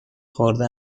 خورده